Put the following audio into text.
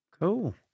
Cool